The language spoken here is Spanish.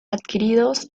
adquiridos